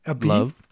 love